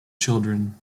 children